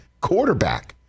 quarterback